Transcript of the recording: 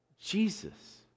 Jesus